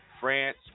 France